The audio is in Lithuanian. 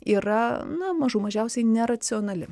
yra na mažų mažiausiai neracionali